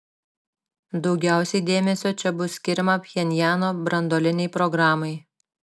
daugiausiai dėmesio čia bus skiriama pchenjano branduolinei programai